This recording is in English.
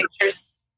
pictures